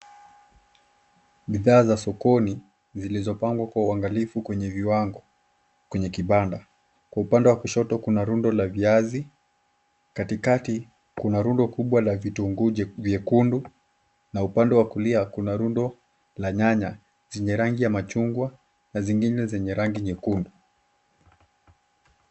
Bidhaa za sokoni zilizopangwa kwa uangalifu kwenye viwango kwenye kibanda. Kwa upande wa kushoto kuna rundo la viazi. Katikati kuna rundo kubwa la vitunguu jekundu na upande wa kulia kuna rundo la nyanya zenye rangi ya machungwa na zingine zenye rangi nyekundu.